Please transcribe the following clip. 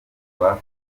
kuva